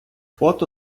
фото